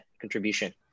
contribution